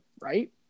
right